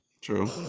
true